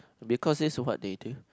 because is what they do